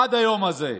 עד היום הזה.